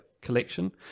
collection